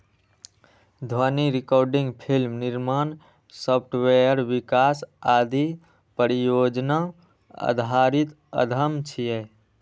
ध्वनि recording, film निर्माण, software विकास आदि परियोजना आधारित उद्यम छियै